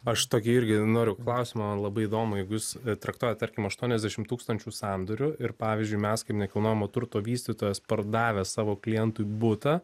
aš tokį irgi noriu klausimą man labai įdomu jeigu jūs traktuojat tarkim aštuoniasdešim tūkstančių sandorių ir pavyzdžiui mes kaip nekilnojamo turto vystytojas pardavę savo klientui butą